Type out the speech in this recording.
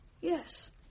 Yes